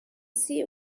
see